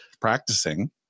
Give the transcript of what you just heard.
practicing